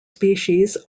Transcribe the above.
species